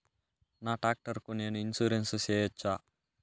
నా టాక్టర్ కు నేను ఇన్సూరెన్సు సేయొచ్చా?